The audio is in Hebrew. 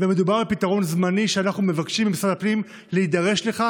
מדובר על פתרון זמני שאנחנו מבקשים ממשרד הפנים להידרש אליו,